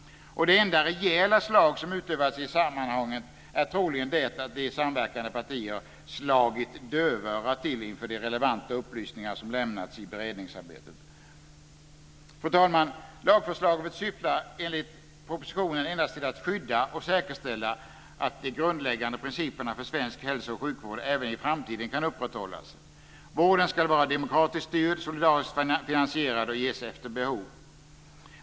Det enda rejäla slag som utövats i sammanhanget är troligen det att de samverkande partierna slagit dövörat till inför de relevanta upplysningar som lämnats i beredningsarbetet. Fru talman! Lagförslaget syftar enligt propositionen endast till att skydda och säkerställa att de grundläggande principerna för svensk hälso och sjukvård även i framtiden kan upprätthållas. Vården ska vara demokratiskt styrd, solidariskt finansierad och ges efter behov.